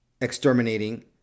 exterminating